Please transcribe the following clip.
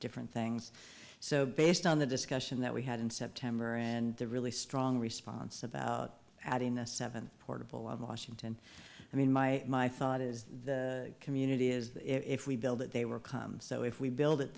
different things so based on the discussion that we had in september and the really strong response about adding the seven portable of washington i mean my my thought is the community is if we build it they were come so if we build it